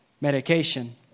medication